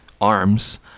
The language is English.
arms